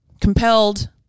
compelled